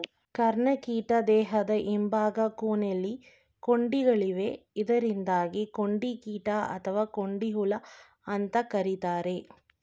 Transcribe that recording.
ಕರ್ಣಕೀಟ ದೇಹದ ಹಿಂಭಾಗ ಕೊನೆಲಿ ಕೊಂಡಿಗಳಿವೆ ಇದರಿಂದಾಗಿ ಕೊಂಡಿಕೀಟ ಅಥವಾ ಕೊಂಡಿಹುಳು ಅಂತ ಕರೀತಾರೆ